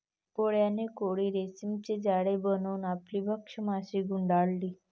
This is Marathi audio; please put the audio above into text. कोळ्याने कोळी रेशीमचे जाळे बनवून आपली भक्ष्य माशी गुंडाळली